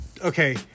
okay